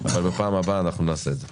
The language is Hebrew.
אבל בפעם הבאה אנחנו נעשה את זה.